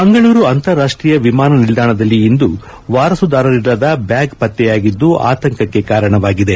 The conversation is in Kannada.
ಮಂಗಳೂರು ಅಂತಾರಾಷ್ಟೀಯ ವಿಮಾನ ನಿಲ್ದಾಣದಲ್ಲಿ ಇಂದು ವಾರಾಸುದಾರರಿಲ್ಲದ ಬ್ಯಾಗ್ ಪತ್ತೆಯಾಗಿದ್ದು ಆತಂಕಕ್ಕೆ ಕಾರಣವಾಗಿದೆ